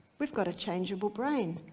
we've got a changeable brain,